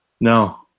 no